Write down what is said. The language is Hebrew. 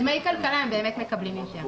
בדמי הכלכלה הם באמת מקבלים יותר,